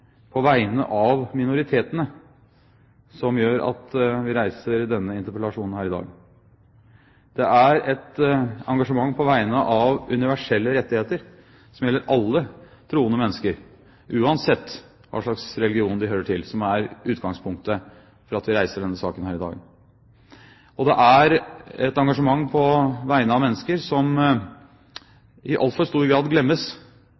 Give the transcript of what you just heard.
på vegne av minoritetene som gjør at jeg reiser denne interpellasjonen her i dag. Det er et engasjement for universelle rettigheter, som gjelder alle troende mennesker, uansett hva slags religion de hører til, som er utgangspunktet for at jeg reiser denne saken her i dag. Og det er et engasjement på vegne av mennesker som i altfor stor grad glemmes